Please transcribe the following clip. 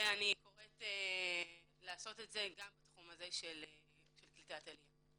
ואני קוראת לעשות את זה גם בתחום של קליטת עלייה.